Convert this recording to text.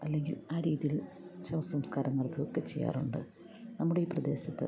അല്ലെങ്കിൽ ആ രീതിയിൽ ശവസംസ്കാരം നടത്തുകയൊക്കെ ച്ചെയ്യാറുണ്ട് നമ്മുടെ ഈ പ്രദേശത്ത്